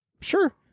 sure